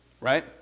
Right